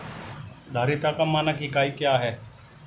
धारिता का मानक इकाई क्या है?